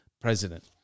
president